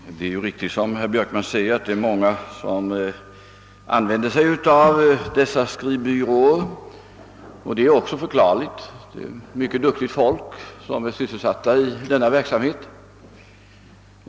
Herr talman! Det är riktigt som herr Björkman säger, att många använder sig av dessa skrivbyråers tjänster. Detta är förklarligt — det är mycket duktigt folk som är sysselsatt i denna verksamhet.